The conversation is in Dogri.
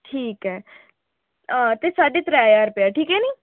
ठीक ऐ ते हां साढे त्रै ज्हार रपेआ ठीक ऐ निं